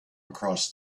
across